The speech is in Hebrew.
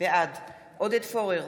בעד עודד פורר,